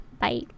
Bye